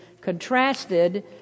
contrasted